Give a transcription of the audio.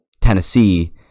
Tennessee